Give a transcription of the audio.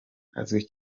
azwi